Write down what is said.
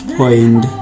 point